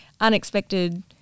unexpected